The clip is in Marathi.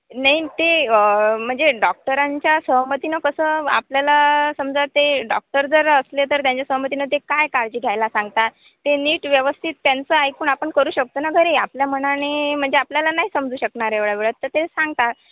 नाही ते म्हणजे डॉक्टरांच्या सहमतीनं कसं आपल्याला समजा ते डॉक्टर जर असले तर त्यांच्या सहमतीनं ते काय काळजी घ्यायला सांगतात ते नीट व्यवस्थित त्यांचं ऐकून आपण करू शकतो ना घरी आपल्या मनाने म्हणजे आपल्याला नाही समजू शकणार एवढ्या वेळात तर ते सांगतात